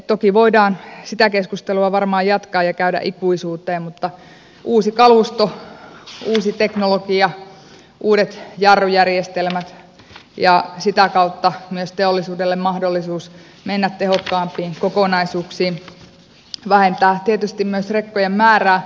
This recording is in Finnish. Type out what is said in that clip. toki voidaan sitä keskustelua varmaan jatkaa ja käydä ikuisuuteen mutta uusi kalusto uusi teknologia uudet jarrujärjestelmät ja sitä kautta myös teollisuudelle mahdollisuus mennä tehokkaampiin kokonaisuuksiin vähentävät tietysti myös rekkojen määrää